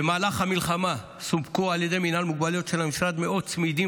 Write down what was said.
במהלך המלחמה סופקו על ידי מינהל מוגבלויות של המשרד מאות צמידים